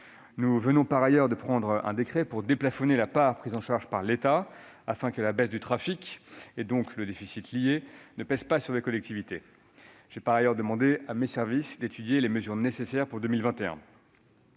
Nous venons par ailleurs de prendre un décret pour déplafonner la part prise en charge par l'État afin que la baisse de trafic, et donc le déficit lié, ne pèse pas sur les collectivités. J'ai demandé à mes services d'étudier les mesures nécessaires pour 2021.